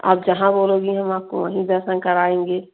आप जहाँ बोलोगी हम आपको वहीं दर्शन कराएँगे